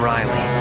Riley